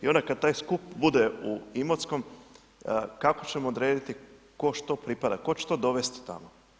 I onda kada taj skup bude u Imotskom, kako ćemo urediti ko što pripada, tko će to dovesti tamo.